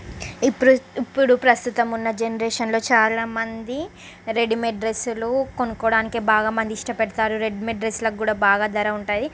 ఇప్పుడు ఇప్పుడు ప్రస్తుతం ఉన్న జనరేషన్లో చాలామంది రెడీమేడ్ డ్రెస్సులు కొనుక్కోవడానికి బాగా మంది ఇష్టపడతారు రెడీమేడ్ డ్రెస్సులకి కూడా బాగా ధర ఉంటాయి